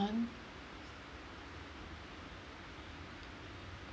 ~and